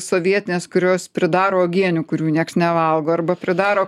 sovietinės kurios pridaro uogienių kurių nieks nevalgo arba pridaro